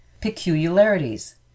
Peculiarities